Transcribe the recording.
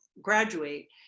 graduate